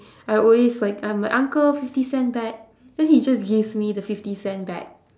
I always like I'm like uncle fifty cent back then he just gives me the fifty cent back